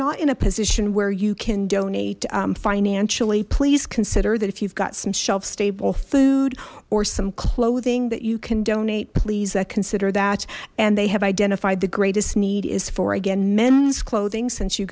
not in a position where you can donate financially please consider that if you've got some shelf stable food or some clothing that you can donate please that consider that and they have identified the greatest need is for again men's clothing since you